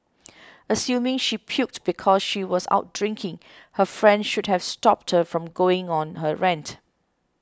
assuming she puked because she was out drinking her friend should have stopped her from going on her rant